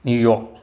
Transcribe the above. New York